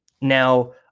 Now